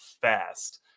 fast